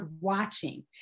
watching